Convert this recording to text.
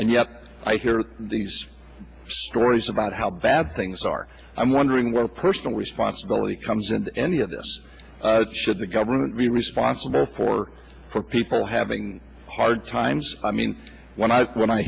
and yet i hear these stories about how bad things are i'm wondering where personal responsibility comes into any of this should the government be responsible for people having hard times i mean when i when i